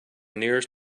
nearest